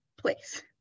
place